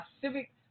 civic